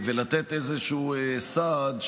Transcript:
ולתת איזשהו סעד,